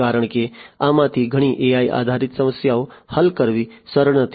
કારણ કે આમાંથી ઘણી AI આધારિત સમસ્યાઓ હલ કરવી સરળ નથી